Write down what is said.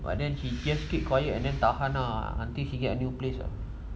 but then she just keep quiet and then tahan lah until she get a new place [what]